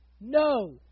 No